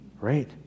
right